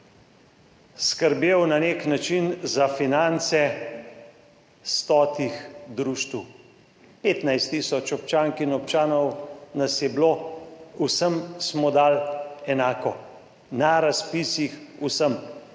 skrbel na nek način za finance stotih društev, 15 tisoč občank in občanov nas je bilo, vsem smo dali enako na razpisih vsem,